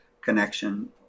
connection